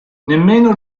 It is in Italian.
nemmeno